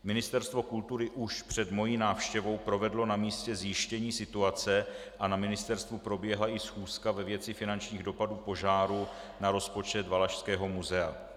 Ministerstvo kultury už před mou návštěvou provedlo na místě zjištění situace a na ministerstvu proběhla i schůzka ve věci finančních dopadů požáru na rozpočet Valašského muzea.